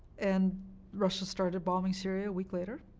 and russia started bombing syria a week later,